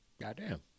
Goddamn